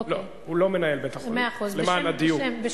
הוא לא מנהל בית-החולים, למען הדיוק.